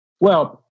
Well-